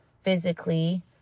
physically